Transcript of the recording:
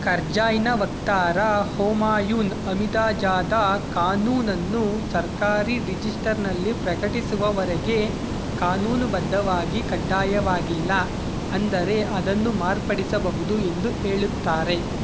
ಕರ್ಜಾಯ್ನ ವಕ್ತಾರ ಹೊಮಾಯುನ್ ಹಮಿದಾ ಜಾದಾ ಕಾನೂನನ್ನು ಸರ್ಕಾರಿ ರಿಜಿಸ್ಟರ್ನಲ್ಲಿ ಪ್ರಕಟಿಸುವವರೆಗೆ ಕಾನೂನುಬದ್ಧವಾಗಿ ಕಡ್ಡಾಯವಾಗಿಲ್ಲ ಅಂದರೆ ಅದನ್ನು ಮಾರ್ಪಡಿಸಬಹುದು ಎಂದು ಹೇಳುತ್ತಾರೆ